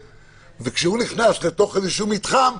וכשהוא נכנס לתוך איזשהו מתחם,